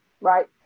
Right